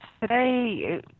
Today